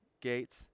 gates